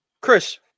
Chris